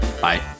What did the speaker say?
Bye